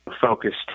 focused